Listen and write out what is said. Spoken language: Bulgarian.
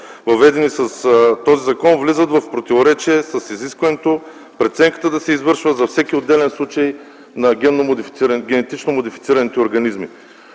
въведени с този закон, влизат в противоречие с изискването преценката да се извършва за всеки отделен случай на генно модифициран ген